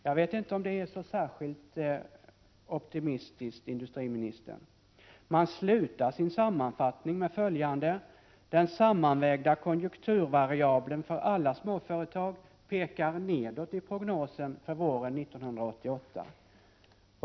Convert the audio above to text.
Jag vet inte om det är särskilt optimistiskt, industriministern. Man slutar sin sammanfattning med följande: Den sammanvägda konjunkturvariabeln för alla småföretag pekar nedåt i prognosen för våren 1988.